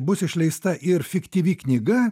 bus išleista ir fiktyvi knyga